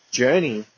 journey